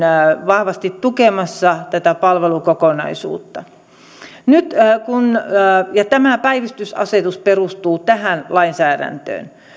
vahvasti tukemassa tätä palvelukokonaisuutta ja tämä päivystysasetus perustuu tähän lainsäädäntöön